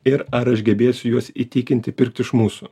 ir ar aš gebėsiu juos įtikinti pirkt iš mūsų